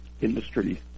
industry